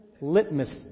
litmus